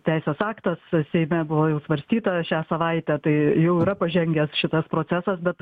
teisės aktas seime buvo jau svarstyta šią savaitę tai jau yra pažengęs šitas procesas bet